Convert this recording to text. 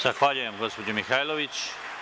Zahvaljujem gospođi Mihajlović.